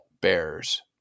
bears